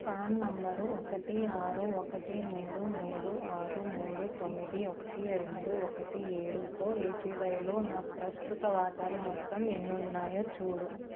pan number ఒకటి ఆరు ఒకటి మూడు మూడు ఆరు మూడు తొమ్మిది ఒకటి రెండు ఒకటి ఏడు తో ఏపివైలో నా ప్రస్తుత వాటాలు మొత్తం ఎన్నున్నాయో చూడు